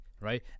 Right